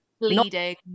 Bleeding